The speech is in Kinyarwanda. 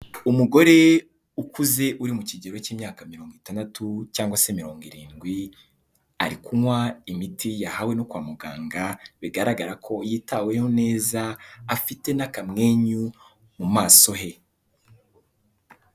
Umugore ukuze uri mu kigero cy'imyaka mirongo itandatu cyangwa se mirongo irindwi, ari kunywa imiti yahawe no kwa muganga, bigaragara ko yitaweho neza, afite n'akamwenyu mu maso he.